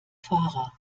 fahrer